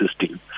system